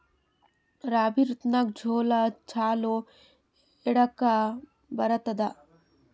ರಾಬಿ ಋತುನಾಗ್ ಜೋಳ ಚಲೋ ಎದಕ ಬರತದ?